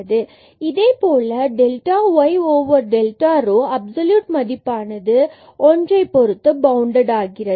இதைப்போலவே இந்த delta y delta rho absolute மதிப்பானது ஒன்றை பொருத்து பவுண்டட் ஆகிறது